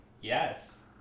Yes